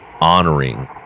honoring